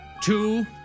two